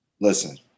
Listen